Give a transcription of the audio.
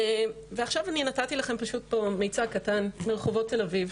ועכשיו אני נתתי לכם פשוט פה מיצג קטן מרחובות תל-אביב,